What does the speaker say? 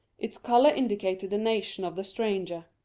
its colour indicated the nation of the stranger.